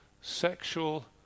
sexual